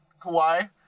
Kawhi